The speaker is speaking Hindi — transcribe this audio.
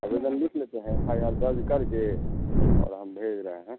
आवेदन लिख लेते हैं एफ़ आई आर दर्ज करके और हम भेज रहे हैं